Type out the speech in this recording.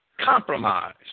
compromise